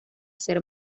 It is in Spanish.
ser